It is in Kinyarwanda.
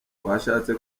twashatse